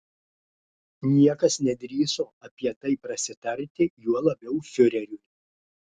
niekas nedrįso apie tai prasitarti juo labiau fiureriui